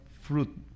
fruit